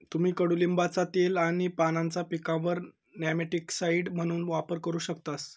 तुम्ही कडुलिंबाचा तेल आणि पानांचा पिकांवर नेमॅटिकसाइड म्हणून वापर करू शकतास